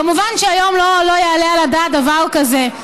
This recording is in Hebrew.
כמובן, היום לא יעלה על הדעת דבר כזה.